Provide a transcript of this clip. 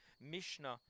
Mishnah